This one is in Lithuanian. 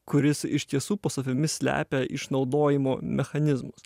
kuris iš tiesų po savimi slepia išnaudojimo mechanizmus